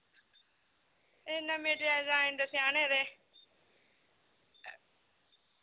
एह् नमें डिजाइन दे सिआने हे